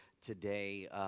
today